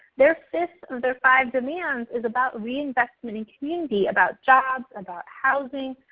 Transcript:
their fifth of their five demands is about reinvestment in community about jobs, about housing,